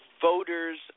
Voters